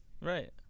Right